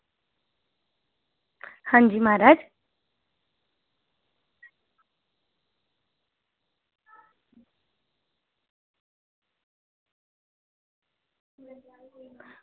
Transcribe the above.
हां जी म्हाराज